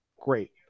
great